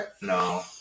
no